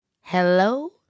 Hello